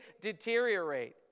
deteriorate